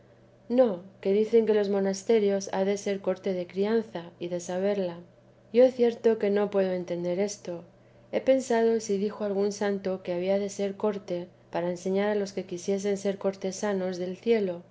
no que dicen que los monasterios han de ser corte de crianza y de saberla yo cierto que no puedo entender esto he pensado si dijo algún santo que había de ser corte para enseñar a los que quisiesen ser cortesanos del cielo